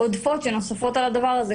עודפות שנוספות על הדבר הזה,